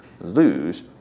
lose